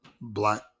black